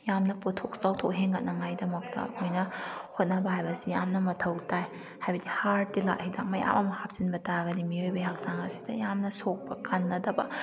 ꯌꯥꯝꯅ ꯄꯣꯠꯊꯣꯛ ꯆꯥꯎꯊꯣꯛ ꯍꯦꯟꯒꯠꯅꯉꯥꯏꯒꯤꯗꯃꯛꯇ ꯑꯩꯈꯣꯏꯅ ꯍꯣꯠꯅꯕ ꯍꯥꯏꯕꯁꯤ ꯌꯥꯝꯅ ꯃꯊꯧ ꯇꯥꯏ ꯍꯥꯏꯕꯗꯤ ꯍꯥꯔ ꯇꯤꯜꯍꯥꯠ ꯍꯤꯗꯥꯛ ꯃꯌꯥꯝ ꯑꯃ ꯍꯥꯞꯆꯤꯟꯕ ꯇꯥꯔꯒꯗꯤ ꯃꯤꯑꯣꯏꯕꯩ ꯍꯥꯛꯆꯥꯡ ꯑꯁꯤꯗ ꯌꯥꯝꯅ ꯁꯣꯛꯄ ꯀꯥꯟꯅꯗꯕ